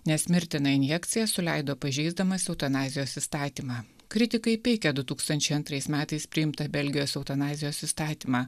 nes mirtiną injekciją suleido pažeisdamas eutanazijos įstatymą kritikai peikia du tūkstančiai antrais metais priimtą belgijos eutanazijos įstatymą